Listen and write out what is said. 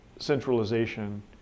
centralization